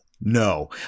No